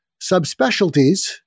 subspecialties